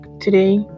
today